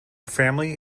family